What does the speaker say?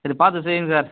சரி பார்த்து செய்யுங்க சார்